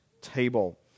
table